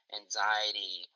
anxiety